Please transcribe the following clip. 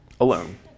alone